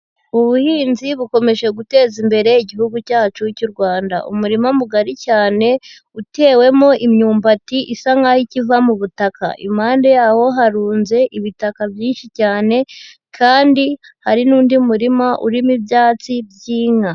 Ubuhinzi bukomeje guteza imbere Igihugu cyacu cy'u Rwanda. Umurima mugari cyane utewemo imyumbati isa nkaho ikiva mu butaka, impande yaho harunze ibitaka byinshi cyane kandi hari n'undi murima urimo ibyatsi by'inka.